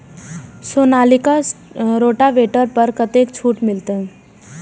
Sonalika rotavator पर कतेक छूट मिलते?